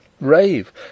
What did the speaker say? rave